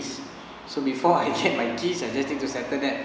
so before I get my key I just need to settle that